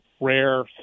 rare